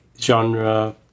genre